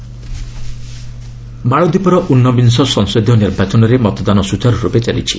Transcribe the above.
Maldives poll ମାଳଦୀପର ଉନବିଂଶ ସଂସଦୀୟ ନିର୍ବାଚନରେ ମତଦାନ ସୂଚାରୁରୂପେ ଚାଲିଛି